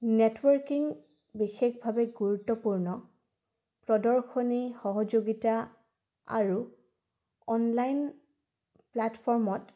networking বিশেষভাৱে গুৰুত্বপূৰ্ণ প্ৰদৰ্শনী সহযোগিতা আৰু অনলাইন প্লেটফৰ্মত